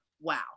wow